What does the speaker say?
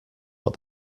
what